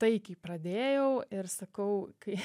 taikiai pradėjau ir sakau kai